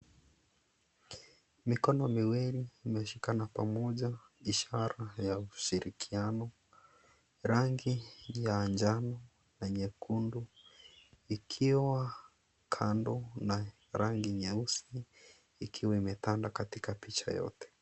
Mikono miwili imeshikana pamoja ishara ya ushirikiano, rangi ya njano na nyekundu likiwa kando na rangi nyeusi likiwa imetanda katika picha yote.